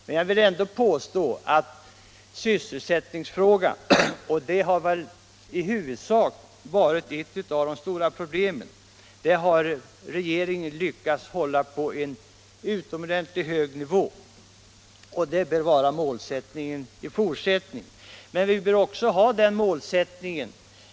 Men jag vill ändå påstå att regeringen lyckats hålla sysselsättningen — den har varit ett av de stora problemen — på en utomordentligt hög nivå. Det bör vara målsättningen också i fortsättningen.